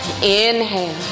Inhale